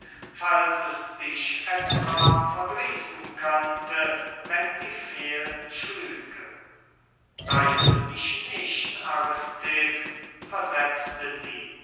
falls es dich etwa verdrießen könnte wenn sie fehl schlüge reitze mich nicht aristipp versetzte sie